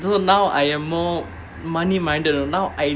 so I am more money-minded now I